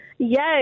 Yes